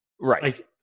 Right